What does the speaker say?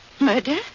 murder